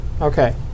Okay